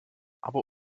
aber